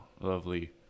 lovely